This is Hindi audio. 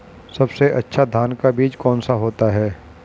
सबसे अच्छा धान का बीज कौन सा होता है?